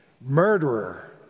murderer